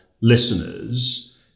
listeners